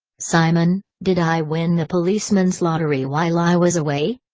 simon, did i win the policemen's lottery while i was away?